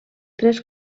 tres